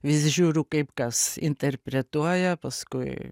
vis žiūriu kaip kas interpretuoja paskui